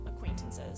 acquaintances